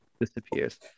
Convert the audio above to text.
disappears